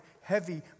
heavy